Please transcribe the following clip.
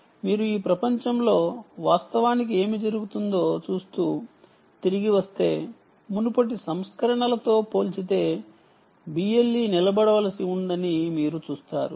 కాబట్టి మీరు ఈ ప్రపంచంలో వాస్తవానికి ఏమి జరుగుతుందో చూసి తిరిగి వస్తే మునుపటి సంస్కరణలతో పోల్చితే BLE నిలబడవలసి ఉందని మీరు చూస్తారు